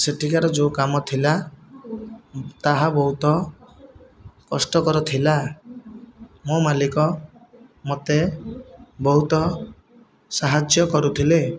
ସେଠିକାର ଯେଉଁ କାମ ଥିଲା ତାହା ବହୁତ କଷ୍ଟକର ଥିଲା ମୋ' ମାଲିକ ମୋତେ ବହୁତ ସାହାଯ୍ୟ କରୁଥିଲେ